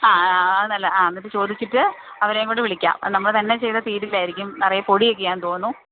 ആ ആ അത് നല്ലതാണ് ആ എന്നിട്ട് ചോദിച്ചിട്ട് അവരെയും കൂടെ വിളിക്കാം നമ്മള് തന്നെ ചെയ്താല് തീരില്ലായിരിക്കും നിറയെ പൊടിയൊക്കെയാണെന്ന് തോന്നുന്നു